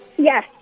Yes